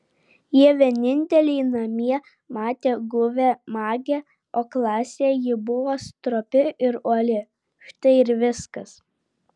jie vieninteliai namie matė guvią magę o klasėje ji buvo stropi ir uoli štai ir viskas